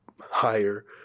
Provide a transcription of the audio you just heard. higher